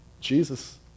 Jesus